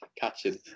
catching